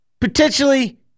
potentially